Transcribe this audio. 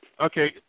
Okay